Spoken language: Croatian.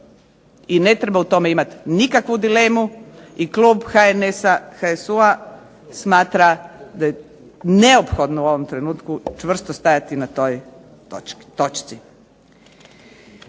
i ne treba u tome imati nikakvu dilemu. I klub HNS-a, HSU-a smatra da je neophodno u ovom trenutku čvrsto stajati na toj točci.